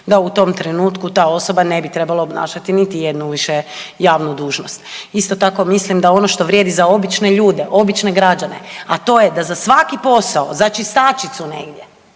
da u tom trenutku ta osoba ne bi trebala obnašati niti jednu više javnu dužnost. Isto tako mislim da ono što vrijedi za obične ljude, obične građane, a to je za svaki posao, za čistačicu negdje,